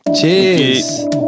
cheers